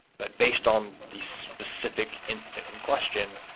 but based on the specific incident in question,